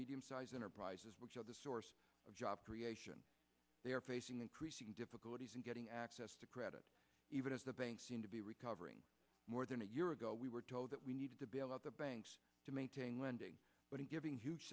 medium sized enterprises which are the source of job creation they are facing increasing difficulties in getting access to credit even as the banks seem to be recovering more than a year ago we were told that we need to bail out the banks to maintain lending but giving huge